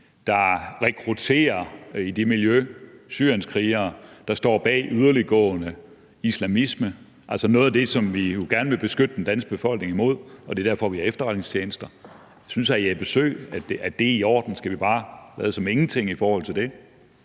rekrutterer syrienskrigere, og som står bag yderliggående islamisme, altså noget af det, som vi jo gerne vil beskytte den danske befolkning imod og er grunden til, vi har efterretningstjenester? Synes hr. Jeppe Søe, at det er i orden, og skal vi bare lade som ingenting i forhold til det?